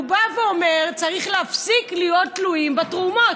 הוא בא ואומר: צריך להפסיק להיות תלויים בתרומות.